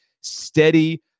steady